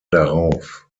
darauf